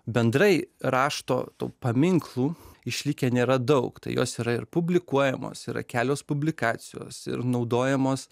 bendrai rašto tų paminklų išlikę nėra daug tai jos yra ir publikuojamos yra kelios publikacijos ir naudojamos